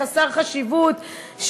חסר חשיבות,